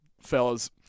Fellas